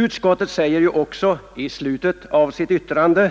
Utskottet säger också i slutet av sitt yttrande